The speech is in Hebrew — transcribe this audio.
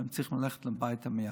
והם צריכים ללכת הביתה מייד.